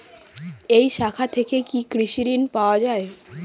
এই শাখা থেকে কি কৃষি ঋণ পাওয়া যায়?